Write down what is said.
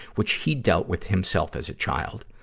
which he dealt with himself as a child.